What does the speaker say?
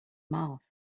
mouth